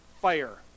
fire